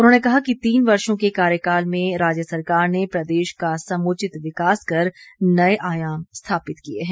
उन्होंने कहा कि तीन वर्षो के कार्यकाल में राज्य सरकार ने प्रदेश का समुचित विकास कर नए आयाम स्थापित किए हैं